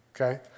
okay